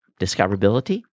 discoverability